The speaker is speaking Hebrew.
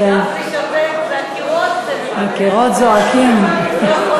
גפני שותק, והקירות, הקירות זועקים.